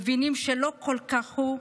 מבינים שלא כך הוא.